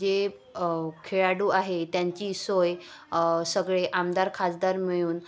जे खेळाडू आहे त्यांची सोय सगळे आमदार खासदार मिळून